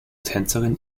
tänzerin